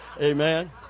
Amen